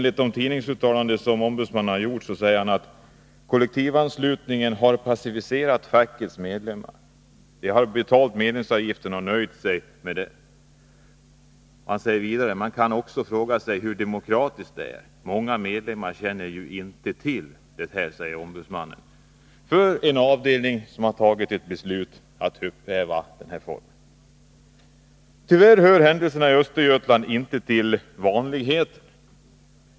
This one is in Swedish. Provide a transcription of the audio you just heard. I tidningsuttalanden säger ombudsmannen vidare: ”Kollektivanslutningen har passiviserat fackets medlemmar. De har betalt avgifterna och nöjt sig med det.” ”Man kan också fråga sig hur demokratiskt det är. Många medlemmar känner ju inte till det”, säger ombudsmannen för en avdelning som har fattat ett beslut om att upphäva denna form av anslutning. Tyvärr hör händelserna i Östergötland inte till vanligheten.